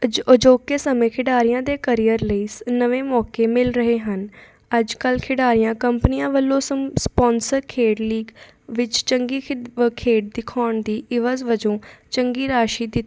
ਅਜ ਅਜੋਕੇ ਸਮੇਂ ਖਿਡਾਰੀਆਂ ਦੇ ਕਰੀਅਰ ਲਈ ਸ ਨਵੇਂ ਮੌਕੇ ਮਿਲ ਰਹੇ ਹਨ ਅੱਜ ਕੱਲ੍ਹ ਖਿਡਾਰੀਆਂ ਕੰਪਨੀਆਂ ਵੱਲੋਂ ਸੰਪ ਸਪੋਂਸਰ ਖੇਡ ਲੀਗ ਵਿੱਚ ਚੰਗੀ ਖਦ ਖੇਡ ਦਿਖਾਉਣ ਦੀ ਇਵਜ਼ ਵਜੋਂ ਚੰਗੀ ਰਾਸ਼ੀ ਦਿੱਤੀ ਜਾਂਦੀ ਹੈ